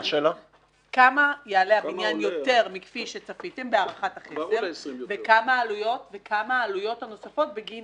כמה יעלה הבניין יותר מכפי שצפיתם בהערכת-החסר ומה העלויות הנוספות בגין